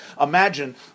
imagine